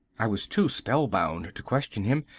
i was too spellbound to question him,